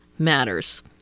matters